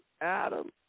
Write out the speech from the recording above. Adam